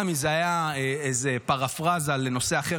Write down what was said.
גם אם זה היה איזו פרפרזה לנושא אחר